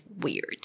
weird